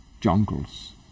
jungles